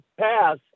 pass